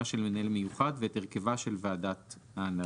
של מנהל מיוחד ואת הרכבה של הוועדה המייעצת.